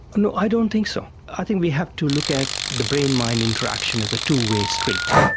you know i don't think so. i think we have to look at the brain-mind interaction as a two-way street,